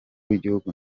w’igihugu